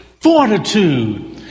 fortitude